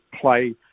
play